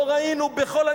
לא ראינו בכל,